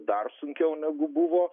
dar sunkiau negu buvo